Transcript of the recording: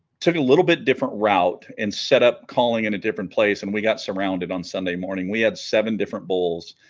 took a little bit different route and set up calling in a different place and we got surrounded on sunday morning we had seven different bulls